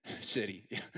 city